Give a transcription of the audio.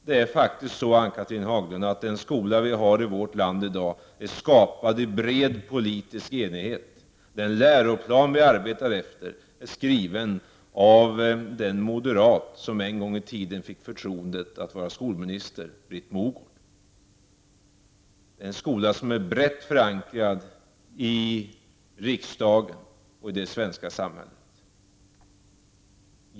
Det är faktiskt så, Ann-Cathrine Haglund, att dagens skola är skapad i bred politisk enighet. Den läroplan vi arbetar efter är skriven av den moderat som en gång i tiden fick förtroende att vara skolminister, nämligen Britt Mogård. Det är en skola som är brett förankrad i riksdagen och i det svenska samhället.